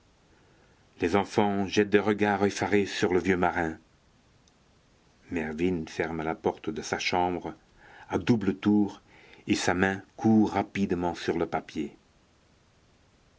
les enfants jettent des regards effarés sur le vieux marin mervyn ferme la porte de sa chambre à double tour et sa main court rapidement sur le papier